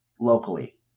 locally